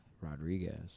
Rodriguez